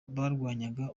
barwanyaga